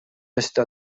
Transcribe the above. beste